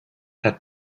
had